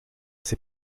ses